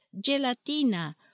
gelatina